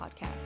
podcast